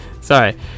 Sorry